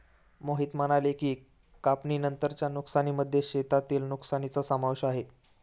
मोहित म्हणाले की, कापणीनंतरच्या नुकसानीमध्ये शेतातील नुकसानीचा समावेश आहे